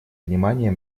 внимание